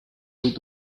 with